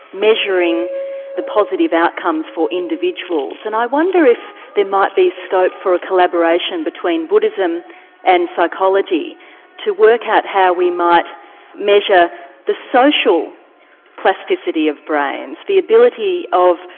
measuring the positive outcomes for individuals, and i wonder if there might be scope for a collaboration between buddhism and psychology to work out how we might measure the social plasticity of brains, the ability of,